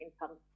income